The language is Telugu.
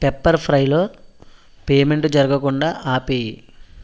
పెప్పర్ ఫ్రైలో పేమెంటు జరగకుండా ఆపేయి